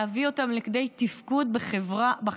להביא אותן לידי תפקוד בחברה,